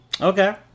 okay